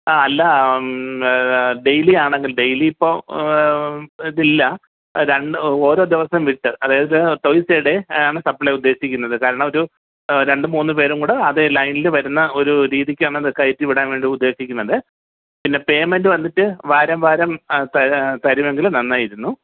ആ അല്ല ഡെയിലി ആണെങ്കിലും ഡെയിലി ഇപ്പോൾ ഇതില്ല രണ്ടോ ഓരോ ദിവസം വിട്ട് അതായത് ടോയ്സ് എ ഡേ ആണ് സപ്ലൈ ഉദ്ദേശിക്കുന്നത് കാരണം ഒരു രണ്ടും മൂന്നും പേരുംകൂടെ അതെ ലൈനിൽ വരുന്ന ഒരു രീതിക്കാണ് അത് കയറ്റി വിടാൻ വേണ്ടി ഉദ്ദേശിക്കുന്നത് പിന്നെ പെയ്മെൻറ്റ് വന്നിട്ട് വാരം വാരം അത് ത തരുമെങ്കിൽ നന്നായിരുന്നു